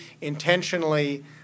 intentionally